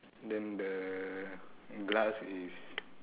then the glass is